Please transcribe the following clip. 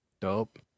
dope